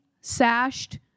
sashed